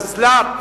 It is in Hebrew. מזל"ט?